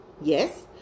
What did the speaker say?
Yes